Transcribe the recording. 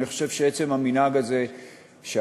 אני חושב שעצם המנהג הזה שהכנסת,